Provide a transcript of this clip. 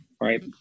right